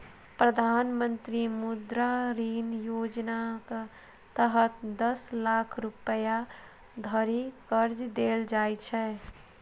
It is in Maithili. प्रधानमंत्री मुद्रा ऋण योजनाक तहत दस लाख रुपैया धरि कर्ज देल जाइ छै